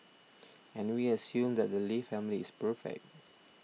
and we assume that the Lee family is perfect